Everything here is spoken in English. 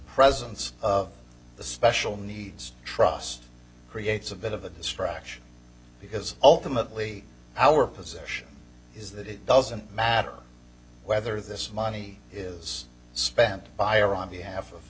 presence of the special needs trust creates a bit of a distraction because ultimately our position is that it doesn't matter whether this money is spent by or on behalf of